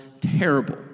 terrible